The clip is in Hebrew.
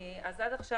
עד עכשיו